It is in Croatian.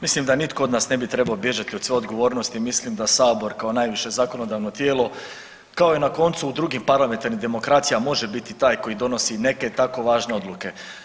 Mislim da nitko od nas ne bi trebao bježati od svoje odgovornosti, mislim da sabor kao najviše zakonodavno tijelo kao i na koncu u drugim parlamentarnim demokracijama može biti taj koji donosi neke tako važne odluke.